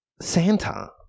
Santa